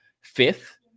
fifth